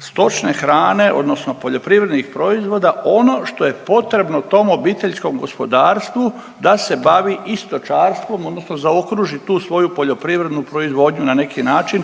stočne hrane, odnosno poljoprivrednih proizvoda ono što je potrebno tom obiteljskom gospodarstvu da se bavi i stočarstvom, odnosno zaokruži tu svoju poljoprivrednu proizvodnju na neki način